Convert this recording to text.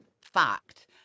fact